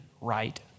right